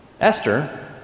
Esther